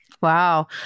Wow